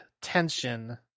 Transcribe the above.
tension